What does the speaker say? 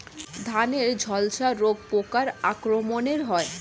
ধানের ঝলসা রোগ পোকার আক্রমণে হয়?